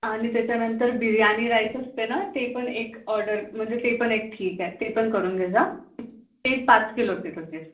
आणि त्याच्यानंतर बिर्यानी राईस असते ना ते पण एक ऑर्डर म्हणजे ते पण एक ठीक आहे ते पण करून घेजा ते पाच किलो तिथून घेज